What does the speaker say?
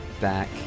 back